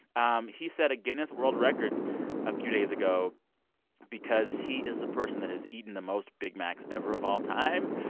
um he set a guinness world record a few days ago because he is the person that has eaten the most big macs ever of all time.